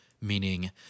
meaning